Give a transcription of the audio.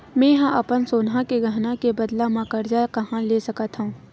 मेंहा अपन सोनहा के गहना के बदला मा कर्जा कहाँ ले सकथव?